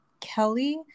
Kelly